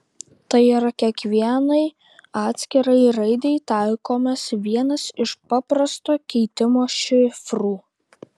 tai yra kiekvienai atskirai raidei taikomas vienas iš paprasto keitimo šifrų